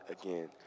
again